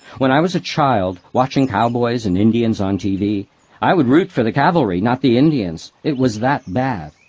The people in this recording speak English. when i was a child, watching cowboys and indians on tv i would root for the cavalry, not the indians. it was that bad.